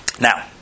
Now